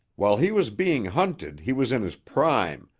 while he was being hunted he was in his prime,